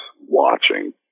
watching